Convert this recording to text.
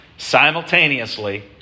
Simultaneously